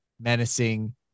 menacing